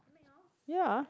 ya